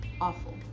awful